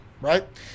right